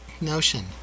notion